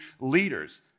leaders